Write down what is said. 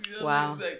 Wow